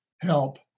help